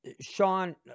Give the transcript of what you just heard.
Sean